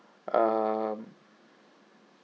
um